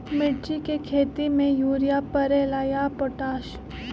मिर्ची के खेती में यूरिया परेला या पोटाश?